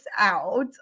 out